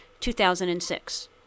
2006